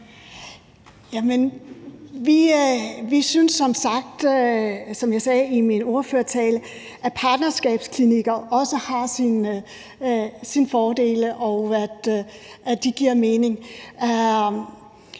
som sagt, som jeg sagde i min ordførertale, at partnerskabsklinikker også har sine fordele, og at de giver mening.